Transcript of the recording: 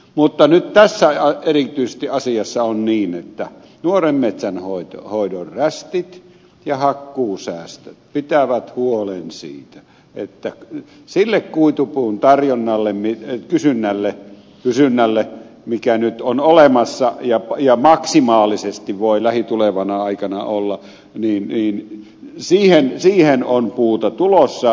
mutta nyt tässä erityisessä asiassa on niin että nuoren metsän hoidon rästit ja hakkuusäästöt pitävät huolen siitä että sille kuitupuun kysynnälle mikä nyt on olemassa ja maksimaalisesti voi lähitulevana aikana olla yli niin se jäi siihen on puuta tulossa